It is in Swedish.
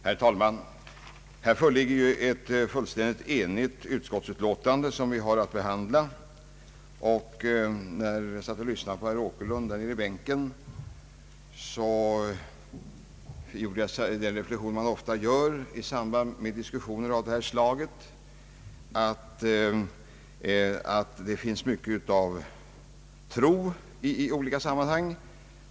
Herr talman! Här föreligger ett fullständigt enigt utskottsutlåtande som vi har att behandla. När jag satt och lyssnade på herr Åkerlund gjorde jag den reflexion som man ofta gör i samband med diskussioner av detta slag, nämligen att det finns mycket av tro i olika sammanhang.